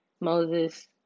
Moses